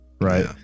Right